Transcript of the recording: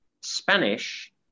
Spanish